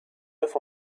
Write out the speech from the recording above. neuf